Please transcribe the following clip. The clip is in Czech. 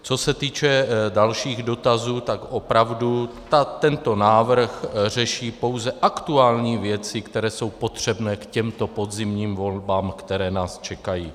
Co se týče dalších dotazů, tak opravdu tento návrh řeší pouze aktuální věci, které jsou potřebné k těmto podzimním volbám, které nás čekají.